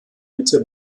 mitte